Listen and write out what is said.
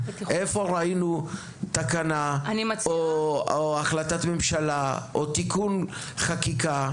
איפה ראינו תקנה, החלטת ממשלה או תיקון חקיקה,